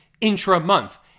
intra-month